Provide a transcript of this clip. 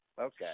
Okay